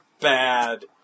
bad